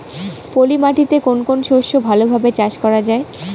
পলি মাটিতে কোন কোন শস্য ভালোভাবে চাষ করা য়ায়?